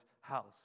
house